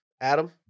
Adam